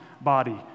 body